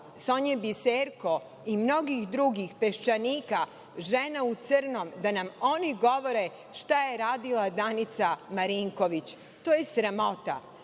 Sonje Biserko i mnogih drugih, „Peščanika“, „Žena u crnom“ da nam oni govore šta je radila Danica Marinković. To je sramota,